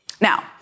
Now